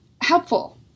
helpful